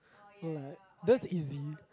oh like that's easy